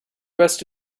rest